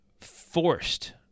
forced